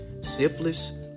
syphilis